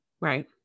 Right